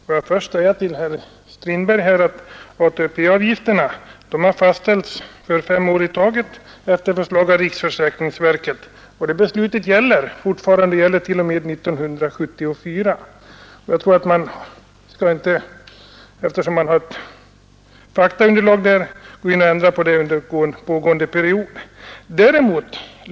Herr talman! Får jag först säga till herr Strindberg att ATP-avgifterna har fastställts för fem år i taget efter förslag av riksförsäkringsverket. Det beslutet gäller t.o.m. 1974. Eftersom det finns ett faktaunderlag för beslutet bör man inte ändra det under pågående period.